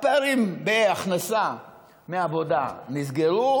הפערים בהכנסה מעבודה נסגרו,